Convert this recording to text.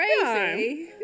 crazy